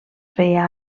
feia